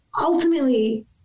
ultimately